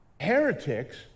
heretics